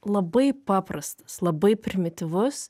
labai paprastas labai primityvus